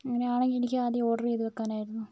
അങ്ങനെയാണെങ്കിൽ എനിക്കാദ്യം ഓർഡറു ചെയ്തു വെക്കാനായിരുന്നു